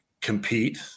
compete